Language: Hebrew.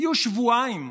יהיו שבועיים,